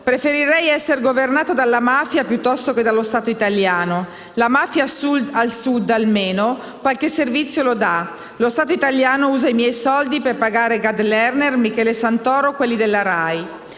«Preferirei esser governato dalla mafia piuttosto che dallo Stato italiano. La mafia al Sud almeno, qualche servizio lo dà, lo Stato italiano usa i miei soldi per pagare Gad Lerner, Michele Santoro, quelli della RAI».